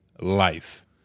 Life